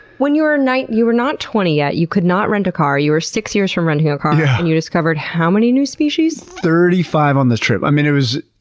when you were, you were not twenty yet. you could not rent a car. you were six years from renting a car yeah and you discovered how many new species? thirty-five on this trip. i mean it was,